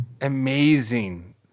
amazing